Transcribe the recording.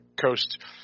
Coast